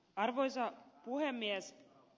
arvoisa puhemies